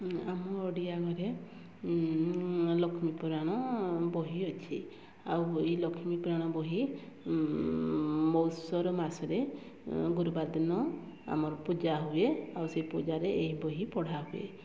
ଆମ ଓଡ଼ିଆ ଘରେ ଲକ୍ଷ୍ମୀପୁରାଣ ବହି ଅଛି ଆଉ ଏଇ ଲକ୍ଷ୍ମୀପୁରାଣ ବହି ମୌସର ମାସରେ ଗୁରୁବାର ଦିନ ଆମର ପୂଜା ହୁଏ ଆଉ ସେ ପୂଜାରେ ଏହି ବହି ପଢ଼ା ହୁଏ